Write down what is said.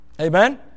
Amen